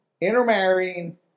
intermarrying